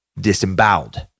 disemboweled